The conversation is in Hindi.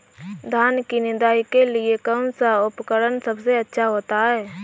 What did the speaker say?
धान की निदाई के लिए कौन सा उपकरण सबसे अच्छा होता है?